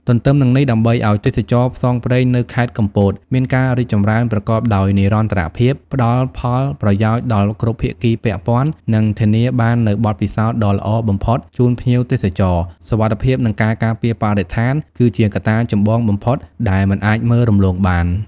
ទទ្ទឹមនឹងនេះ ដើម្បីឱ្យទេសចរណ៍ផ្សងព្រេងនៅខេត្តកំពតមានការរីកចម្រើនប្រកបដោយនិរន្តរភាព ផ្ដល់ផលប្រយោជន៍ដល់គ្រប់ភាគីពាក់ព័ន្ធ និងធានាបាននូវបទពិសោធន៍ដ៏ល្អបំផុតជូនភ្ញៀវទេសចរ សុវត្ថិភាពនិងការការពារបរិស្ថានគឺជាកត្តាចម្បងបំផុតដែលមិនអាចមើលរំលងបាន។